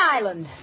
Island